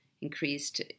increased